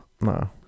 No